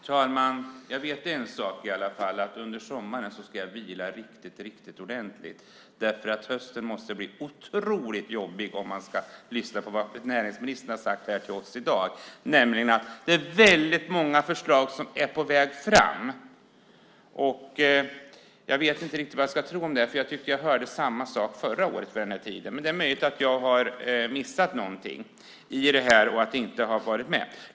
Herr talman! Jag vet i alla fall en sak: Under sommaren ska jag vila riktigt ordentligt, för hösten måste bli otroligt jobbig att döma av vad näringsministern har sagt här till oss i dag, nämligen att det är väldigt många förslag som är på väg fram. Jag vet inte riktigt vad jag ska tro om det, för jag tyckte mig höra samma sak förra året vid denna tid. Men det är möjligt att jag har missat någonting i det här och inte varit med.